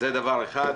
זה דבר אחד.